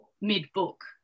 mid-book